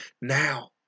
now